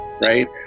right